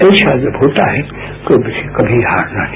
ऐसा जब होता है तो कभी हारना नहीं